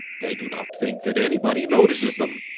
they do not think that anybody notices them.